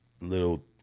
little